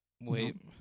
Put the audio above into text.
Wait